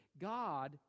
God